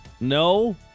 No